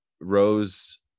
rose